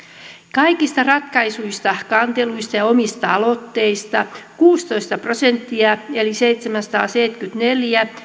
kaikista ratkaistuista kanteluista ja omista aloitteista kuusitoista prosenttia eli seitsemänsataaseitsemänkymmentäneljä